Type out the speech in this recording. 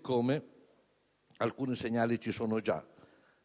sociale. Alcuni segnali ci sono già.